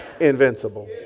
invincible